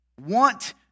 Want